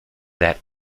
that